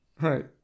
right